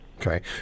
Okay